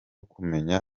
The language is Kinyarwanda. kumenya